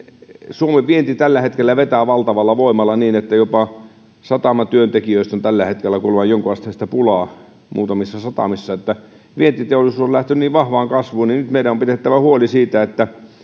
suomen vienti tällä hetkellä vetää valtavalla voimalla niin että jopa satamatyöntekijöistä on tällä hetkellä kuulemma jonkinasteista pulaa muutamissa satamissa vientiteollisuus on lähtenyt vahvaan kasvuun ja nyt meidän on pidettävä huoli siitä että